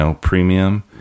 premium